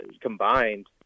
combined